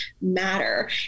matter